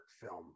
film